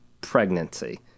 pregnancy